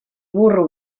burro